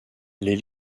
les